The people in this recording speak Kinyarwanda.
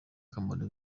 kamaro